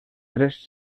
tres